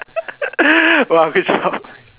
!wah! good job